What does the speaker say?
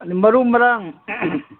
ꯃꯔꯨ ꯃꯔꯥꯡ